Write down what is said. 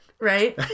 right